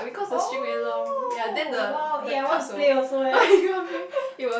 oh !wow! eh I want to play also leh